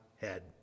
head